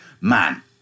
Man